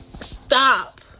Stop